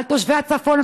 על תושבי הצפון,